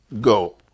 go